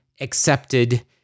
accepted